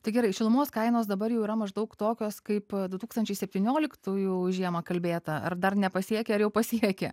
tai gerai šilumos kainos dabar jau yra maždaug tokios kaip du tūkstančiai septynioliktųjų žiemą kalbėta ar dar nepasiekė ar jau pasiekė